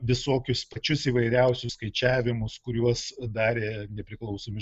visokius pačius įvairiausius skaičiavimus kuriuos darė nepriklausomi